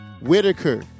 Whitaker